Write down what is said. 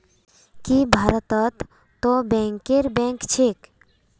की भारतत तो बैंकरेर बैंक छेक